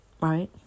Right